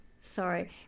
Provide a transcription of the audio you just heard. sorry